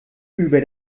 über